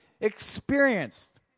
experienced